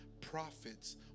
Prophets